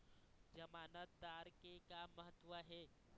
जमानतदार के का महत्व हे?